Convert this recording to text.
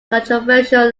controversial